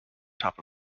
top